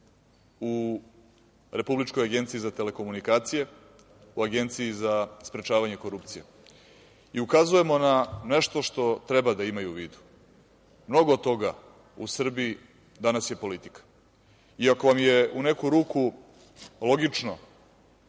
u Republičkoj agenciji za telekomunikacije, u Agenciji za sprečavanje korupcije i ukazujemo na nešto što treba da imaju u vidu. Mnogo toga u Srbiji danas je politika. Ako vam je u neku ruku logično,